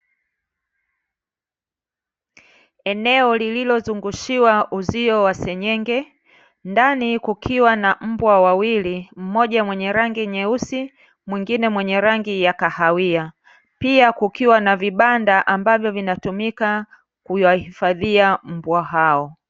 Eneo lililozungushiwa uzio wa senyenge, ndani kukiwa na mbwa wawili, mmoja mwenye rangi nyeusi, mwingine mwenye rangi ya kahawia; pia kukiwa na vibanda ambavyo vinatumika kuwahifadhia mbwa hao.